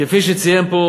כפי שציין פה